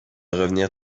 revenir